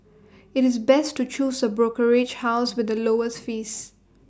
IT is best to choose A brokerage house with the lowest fees